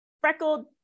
freckled